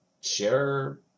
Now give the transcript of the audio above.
share